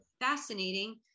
Fascinating